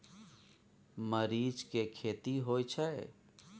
मरीच के खेती होय छय?